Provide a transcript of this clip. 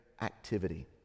activity